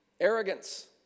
arrogance